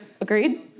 Agreed